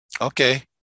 Okay